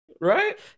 right